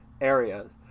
areas